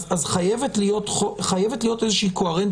חייבת להיות קוהרנטיות,